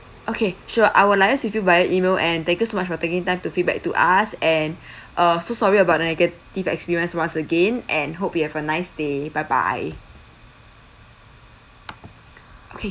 okay sure I will liaise with you via email and thank you so much for taking time to feedback to us and uh so sorry about negative experience once again and hope you have a nice day bye bye okay